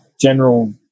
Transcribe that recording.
general